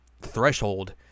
threshold